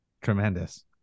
tremendous